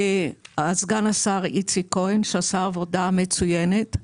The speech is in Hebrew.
סגן השר איציק כהן שעשה עבודה מצוינת.